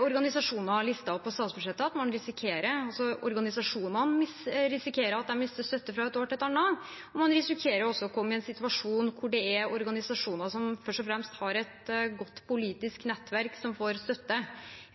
organisasjoner listet opp på statsbudsjettet, at organisasjonene risikerer å miste støtte fra et år til et annet. Man risikerer også å komme i en situasjon hvor det først og fremst er organisasjoner som har et godt politisk nettverk, som får støtte.